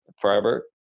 forever